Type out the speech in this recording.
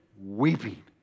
weeping